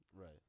Right